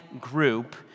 group